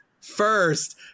first